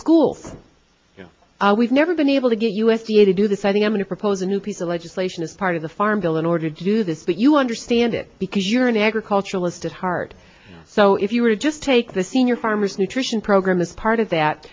know we've never been able to get u s d a to do this i think i'm going to propose a new piece of legislation as part of the farm bill in order to do this but you understand it because you're an agricultural is to hard so if you were to just take the senior farmers nutrition program as part of that